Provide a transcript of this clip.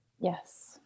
Yes